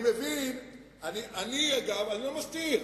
אני, אגב, לא מסתיר.